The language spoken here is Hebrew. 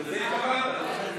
לזה התכוונת.